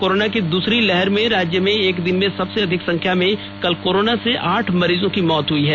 corona की दूसरी लहर में राज्य में एक दिन में सबसे अधिक संख्या में कल कोरोना से आठ मरीज की मौत हुई हैं